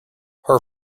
her